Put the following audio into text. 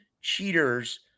cheaters